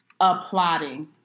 applauding